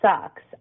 sucks